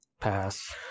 pass